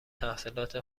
تحصیلات